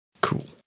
cool